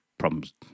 Problems